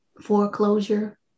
foreclosure